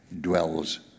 dwells